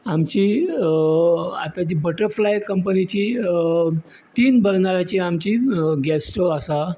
आमची आतांची बटरफ्लाय कंपनिची तीन बर्नराची आमची गॅस स्टोव आसा